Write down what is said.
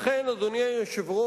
לכן, אדוני היושב-ראש,